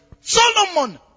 Solomon